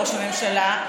ראש הממשלה,